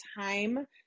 time